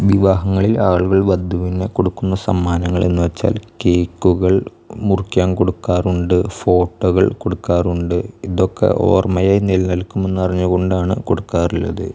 വിവാഹങ്ങളിൽ ആളുകൾ ബന്ധുവിന് കൊടുക്കുന്ന സമ്മാനങ്ങൾ എന്ന് വച്ചാൽ കേക്കുകൾ മുറിക്കാൻ കൊടുക്കാറുണ്ട് ഫോട്ടോകൾ കൊടുക്കാറുണ്ട് ഇതൊക്കെ ഓർമ്മയിൽ നിലനിൽകുമെന്ന് അറിഞ്ഞു കൊണ്ടാണ് കൊടുക്കാറുള്ളത്